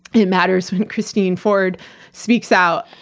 it matters when christine ford speaks out.